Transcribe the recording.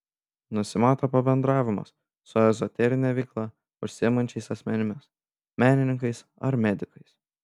nusimato pabendravimas su ezoterine veikla užsiimančiais asmenimis menininkais ar medikais